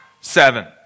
seven